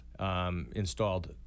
Installed